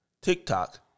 TikTok